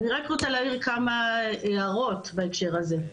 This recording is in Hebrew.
אני רק רוצה להעיר כמה הערות בהקשר הזה.